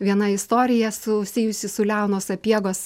viena istorija susijusi su leono sapiegos